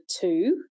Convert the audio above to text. two